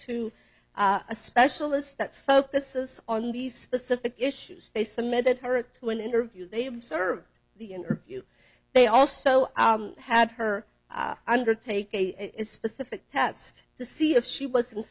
to a specialist that focuses on these specific issues they submitted her to an interview they observed the interview they also had her undertake a specific test to see if she was in